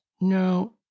no